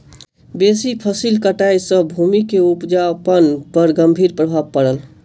बेसी फसिल कटाई सॅ भूमि के उपजाऊपन पर गंभीर प्रभाव पड़ल